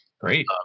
great